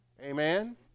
Amen